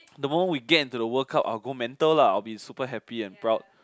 the moment we get into the World Cup I will go mental lah I will be super happy and proud